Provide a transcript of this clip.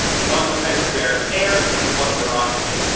one with hyperbaric air, and one with oxygen.